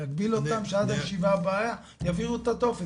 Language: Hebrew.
להגביל אותם שעד הישיבה הבאה הם יעבירו את הטופס.